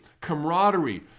camaraderie